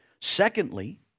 Secondly